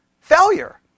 Failure